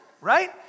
right